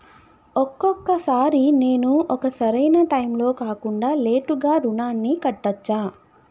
ఒక్కొక సారి నేను ఒక సరైనా టైంలో కాకుండా లేటుగా రుణాన్ని కట్టచ్చా?